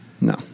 No